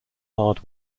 hard